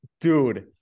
Dude